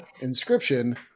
Inscription